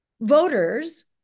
voters